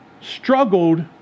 struggled